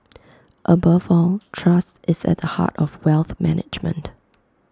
above all trust is at the heart of wealth management